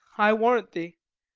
i warrant thee.